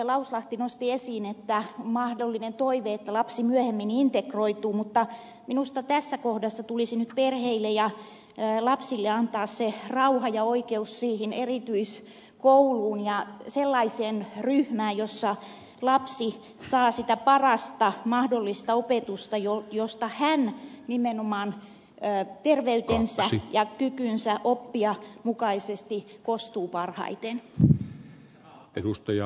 lauslahti nosti esiin että on mahdollinen toive että lapsi myöhemmin integroituu mutta minusta tässä kohdassa tulisi nyt perheille ja lapsille antaa rauha ja oikeus siihen erityiskouluun ja sellaiseen ryhmään jossa lapsi saa sitä parasta mahdollista opetusta josta hän nimenomaan terveytensä ja oppimiskykynsä mukaisesti kostuu parhaiten